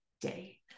day